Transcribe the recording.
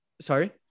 Sorry